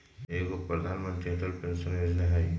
एगो प्रधानमंत्री अटल पेंसन योजना है?